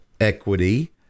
equity